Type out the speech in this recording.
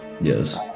Yes